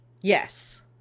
Yes